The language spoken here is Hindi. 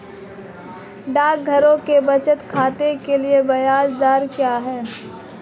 डाकघरों में बचत खाते के लिए ब्याज दर क्या है?